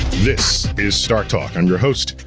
this is startalk, i'm your host,